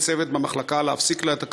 לצוות במחלקה להפסיק לה את הכדורים,